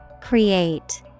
Create